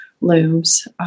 looms